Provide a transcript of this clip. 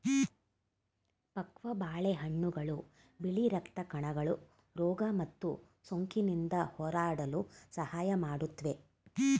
ಪಕ್ವ ಬಾಳೆಹಣ್ಣುಗಳು ಬಿಳಿ ರಕ್ತ ಕಣಗಳು ರೋಗ ಮತ್ತು ಸೋಂಕಿನಿಂದ ಹೋರಾಡಲು ಸಹಾಯ ಮಾಡುತ್ವೆ